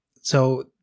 So-